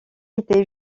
était